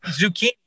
zucchini